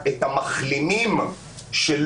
ההצדקה הזאת לא